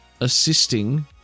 assisting